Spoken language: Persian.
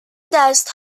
دست